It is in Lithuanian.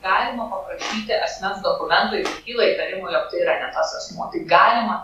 galima paprašyti asmens dokumentų jeigu kyla įtarimų jog tai yra ne tas asmuo tai galima